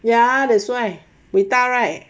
ya that's why 伟大 right